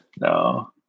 No